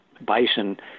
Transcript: bison